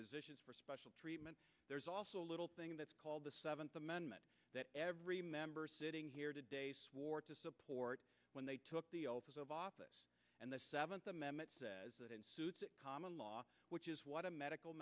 physicians for special treatment there's also a little thing that's called the seventh amendment that every member sitting here today swore to support when they took the oath of office and the seventh amendment says that in suits at common which is what a medical